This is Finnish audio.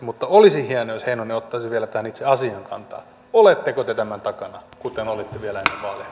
olisi hienoa jos heinonen ottaisi vielä tähän itse asiaan kantaa oletteko te tämän takana kuten olitte vielä